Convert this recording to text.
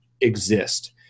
exist